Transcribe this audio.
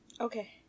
Okay